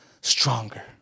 stronger